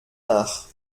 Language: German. nach